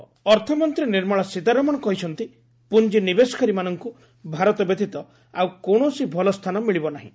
Sitharaman investors ଅର୍ଥମନ୍ତ୍ରୀ ନିର୍ମଳା ସୀତାରମଣ କହିଛନ୍ତି ପୁଞ୍ଜି ନିବେଶକାରୀମାନଙ୍କୁ ଭାରତ ବ୍ୟତୀତ ଆଉ କୌଣସି ଭଲ ସ୍ଥାନ ମିଳିବ ନାହିଁ